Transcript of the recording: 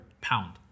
pound